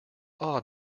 odd